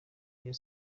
rayon